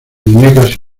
muñecas